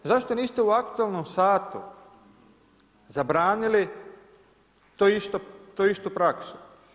Zašto niste u aktualnom satu zabranili tu istu praksu?